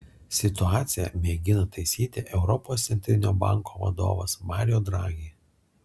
situaciją mėgina taisyti europos centrinio banko vadovas mario draghi